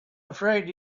afraid